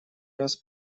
раз